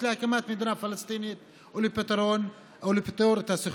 להקמת מדינה פלסטינית או לפתרון הסכסוך.